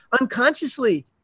unconsciously